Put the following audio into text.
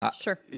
Sure